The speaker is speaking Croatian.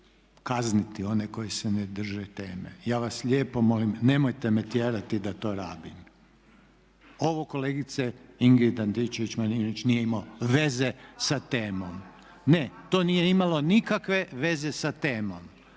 kazniti one koji se ne drže teme. Ja vas lijepo molim nemojte me tjerati da to rabim. Ovo kolegice Ingrid Antičević-Marinović nije imalo veze sa temom. …/Upadica se ne čuje./… Ne, to nije imalo nikakve veze sa temom.